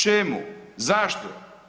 Čemu, zašto?